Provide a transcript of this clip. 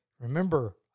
Remember